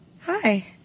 Hi